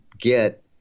get